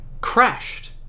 crashed